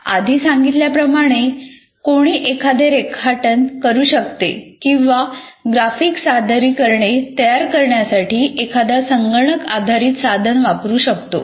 आधी सांगितल्याप्रमाणे कोणी एखादे रेखाटन करू शकते किंवा ग्राफिक सादरीकरणे तयार करण्यासाठी एखादा संगणक आधारित साधन वापरू शकतो